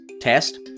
test